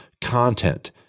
content